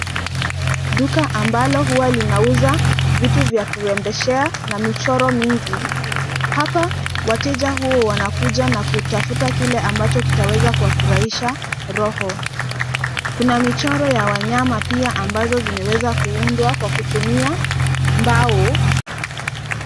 Duka ambalo huwa linauza vitu vya kurembeshea na michoro mingi . Hapa wateja huwa wanakuja na kutafuta kile ambacho kitaweza kuwafurahisha roho. Kuna michoro ya wanyama pia ambazo zimeweza kuundwa kwa kutumia mbao.